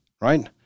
right